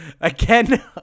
Again